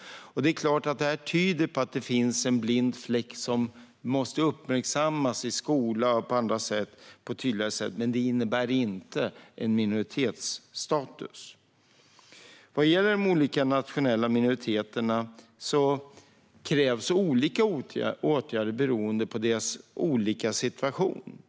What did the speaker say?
Det är klart att detta tyder på att det finns en blind fläck som tydligare måste uppmärksammas i skolan och på andra sätt, men det innebär inte en minoritetsstatus. Vad gäller de olika nationella minoriteterna krävs olika åtgärder beroende på deras situation.